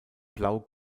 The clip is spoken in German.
blau